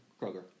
Kroger